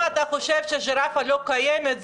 אם אתה חושב שג'ירפה לא קיימת,